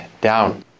down